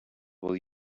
will